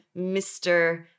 Mr